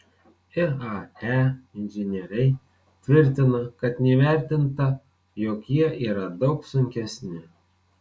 iae inžinieriai tvirtina kad neįvertinta jog jie yra daug sunkesni